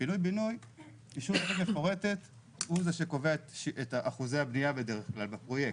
בפינוי בינוי אישור תוכנית מפורטת הוא זה שקובע את אחוזי הבניה בפרויקט.